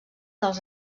dels